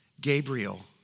Gabriel